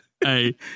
hey